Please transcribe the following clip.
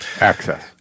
Access